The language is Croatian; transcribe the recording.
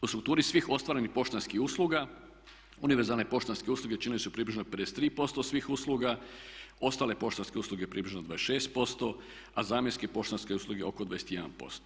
U strukturi svi ostvarenih poštanskih usluga univerzalne poštanske usluge činile su približno 53% svih usluga, ostale poštanske usluge približno 26% a zamjenske poštanske usluge oko 21%